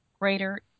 greater